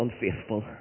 unfaithful